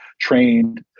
trained